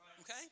Okay